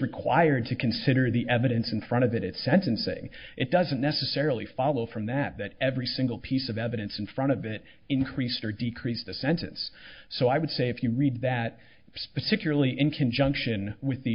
required to consider the evidence in front of it sentencing it doesn't necessarily follow from that that every single piece of evidence in front of it increased or decreased the sentence so i would say if you read that specific early in conjunction with